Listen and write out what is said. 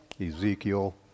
Ezekiel